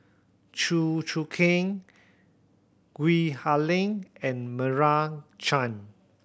Chew Choo Keng Gwee Ha Leng and Meira Chand